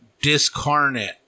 discarnate